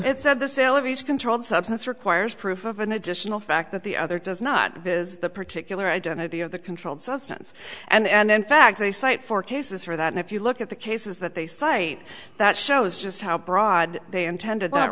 that said the celebes controlled substance requires proof of an additional fact that the other does not is the particular identity of the controlled substance and in fact they cite four cases for that and if you look at the cases that they cite that shows just how broad they intended what